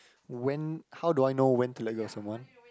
when how do I know when to let go of someone